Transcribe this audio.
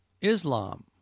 islam